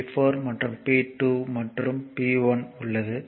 P 4 மற்றும் P2 மற்றும் P1 உள்ளது